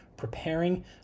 preparing